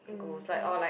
mmhmm